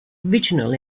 original